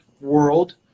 world